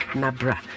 nabra